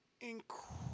incredible